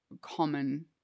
common